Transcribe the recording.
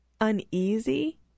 uneasy